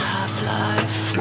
Half-Life